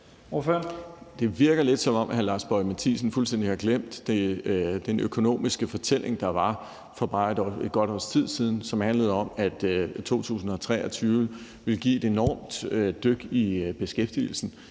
Det virker lidt, som om hr. Lars Boje Mathiesen fuldstændig har glemt den økonomiske fortælling, der var for bare godt et års tid siden, og som handlede om, at 2023 ville give et enormt dyk i beskæftigelsen.